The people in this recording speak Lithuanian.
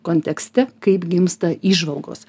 kontekste kaip gimsta įžvalgos